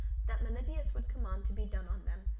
that meliboeus would command to be done on them,